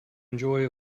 enjoy